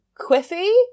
quiffy